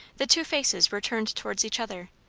the two faces were turned towards each other,